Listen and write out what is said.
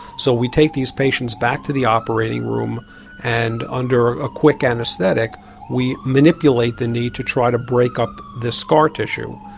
so we take these patients back to the operating room and under a quick anaesthetic we manipulate the knee to try to break up the scar tissue.